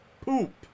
Poop